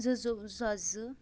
زٕ زٕ زٕ ساس زٕ